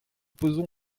posons